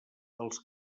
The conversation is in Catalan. els